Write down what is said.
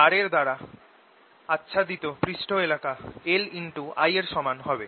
তারের দ্বারা আচ্ছাদিত পৃষ্ঠ এলাকা LI এর সমান হবে